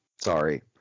Sorry